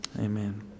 Amen